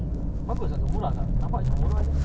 lagi kau tak boleh nego depan orang ramai-ramai